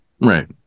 right